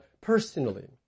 personally